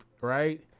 right